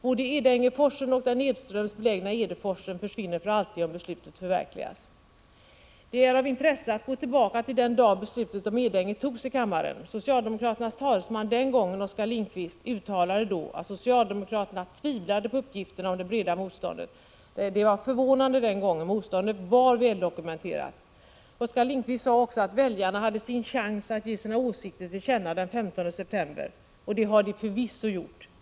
Både Edängeforsen och den nedströms belägna Edeforsen försvinner för alltid om beslutet förverkligas. Det är av intresse att gå tillbaka till den dag beslutet om Edänge togs i kammaren. Socialdemokraternas talesman den gången, Oskar Lindkvist, uttalade att socialdemokraterna tvivlade på uppgifterna om det breda motståndet. Detta var förvånande den gången, motståndet var väldokumen terat. Oskar Lindkvist sade också att väljarna hade sin chans att ge sina åsikter till känna den 15 september. Och det har de förvisso gjort.